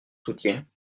soutiens